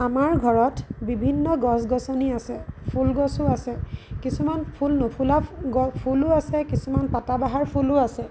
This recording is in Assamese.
আমাৰ ঘৰত বিভিন্ন গছ গছনি আছে ফুল গছো আছে কিছুমান ফুল নুফুলা গ ফুলো আছে কিছুমান পাতাবাহাৰ ফুলো আছে